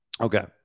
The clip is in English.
okay